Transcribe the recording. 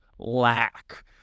lack